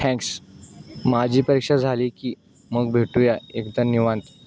thanks माझी परीक्षा झाली की मग भेटूया एकदा निवांत